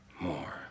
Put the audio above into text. more